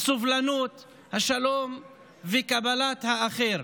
הסובלנות, השלום וקבלת האחר.